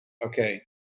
Okay